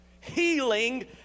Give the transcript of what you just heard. healing